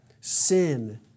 sin